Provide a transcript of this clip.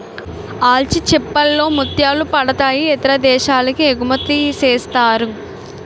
ఆల్చిచిప్పల్ లో ముత్యాలు పుడతాయి ఇతర దేశాలకి ఎగుమతిసేస్తారు